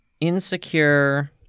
insecure